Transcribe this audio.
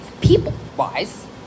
people-wise